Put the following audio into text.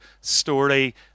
story